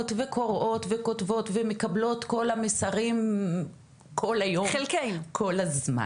וקוראות וכותבות ואנחנו מקבלות את כל המסרים כל היום וכל הזמן.